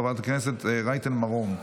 חברת הכנסת רייטן מרום.